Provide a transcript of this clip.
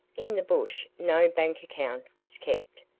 in the bush no bank account was kept,